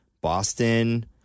Boston